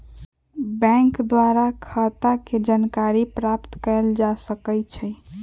bank द्वारा खता के जानकारी प्राप्त कएल जा सकइ छइ